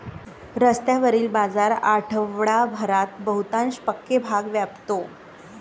रस्त्यावरील बाजार आठवडाभरात बहुतांश पक्के भाग व्यापतो